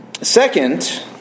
Second